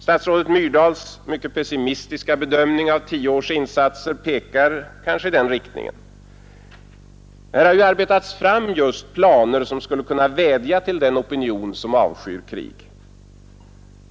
Statsrådet Myrdals mycket pessimistiska bedömning av tio års insatser pekar väl i den riktningen. Här har ju just arbetats fram planer som skulle kunna vädja till den opinion som avskyr krig.